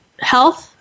health